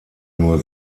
nur